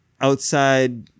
outside